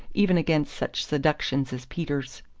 even against such seductions as peter's.